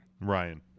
Ryan